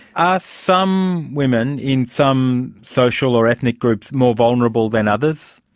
ah some women in some social or ethnic groups more vulnerable than others?